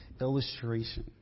illustration